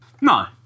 No